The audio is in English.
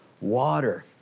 water